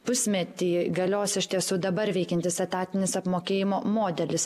pusmetį galios iš tiesų dabar veikiantis etatinis apmokėjimo modelis